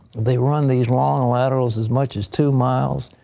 they run these long laterals as much as two miles.